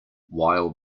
while